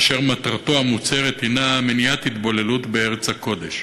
אשר מטרתו המוצהרת היא מניעת התבוללות בארץ הקודש.